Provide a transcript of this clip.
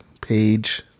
page